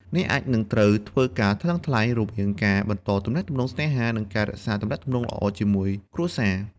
អ្នកអាចនឹងត្រូវធ្វើការថ្លឹងថ្លែងរវាងការបន្តទំនាក់ទំនងស្នេហា និងការរក្សាទំនាក់ទំនងល្អជាមួយគ្រួសារ។